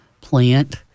plant